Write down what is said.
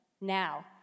now